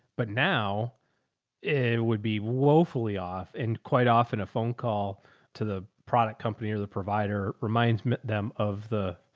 but now it would be woefully off and quite often a phone call to the product company or the provider reminds them of the.